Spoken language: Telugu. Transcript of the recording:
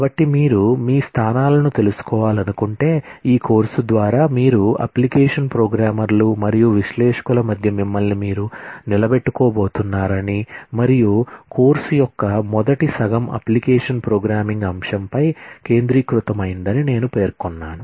కాబట్టి మీరు మీ స్థానాలను తెలుసుకోవాలనుకుంటే ఈ కోర్సు ద్వారా మీరు అప్లికేషన్ ప్రోగ్రామర్లు మరియు విశ్లేషకుల మధ్య మిమ్మల్ని మీరు నిలబెట్టుకోబోతున్నారని మరియు కోర్సు యొక్క మొదటి సగం అప్లికేషన్ ప్రోగ్రామింగ్ అంశంపై కేంద్రీకృతమైందని నేను పేర్కొన్నాను